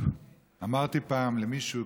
אמרתי פעם למישהו,